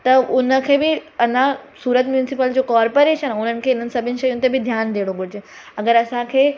त उन खे बि अञा सूरत मुंसिपल जो कॉर्पोरेशन उन्हनि खे इन्हनि सभिनि शयुनि ते बि ध्यानु ॾियणों घुरिजे अगरि असांखे